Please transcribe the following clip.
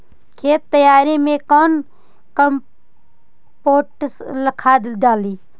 खेत तैयारी मे कौन कम्पोस्ट खाद डाली?